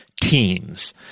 teams